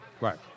Right